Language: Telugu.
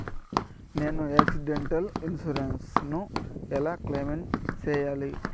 నేను ఆక్సిడెంటల్ ఇన్సూరెన్సు ను ఎలా క్లెయిమ్ సేయాలి?